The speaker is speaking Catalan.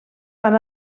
van